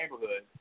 neighborhood